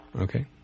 Okay